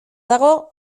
dago